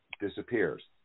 disappears